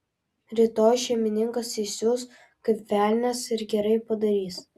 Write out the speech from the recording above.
rytoj šeimininkas įsius kaip velnias ir gerai padarys